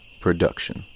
Production